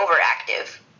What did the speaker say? overactive